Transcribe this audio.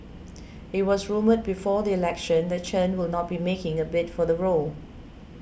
it was rumoured before the election that Chen will not be making a bid for the role